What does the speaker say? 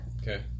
Okay